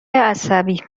عصبی